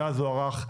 שאז הוארך הנוהל?